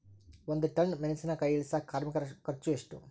ಒಂದ್ ಟನ್ ಮೆಣಿಸಿನಕಾಯಿ ಇಳಸಾಕ್ ಕಾರ್ಮಿಕರ ಖರ್ಚು ಎಷ್ಟು?